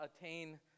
attain